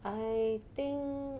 I think